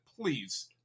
please